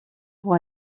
pour